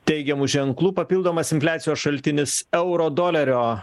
teigiamų ženklų papildomas infliacijos šaltinis euro dolerio